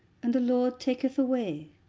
and the lord taketh away.